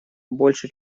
больше